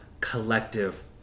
collective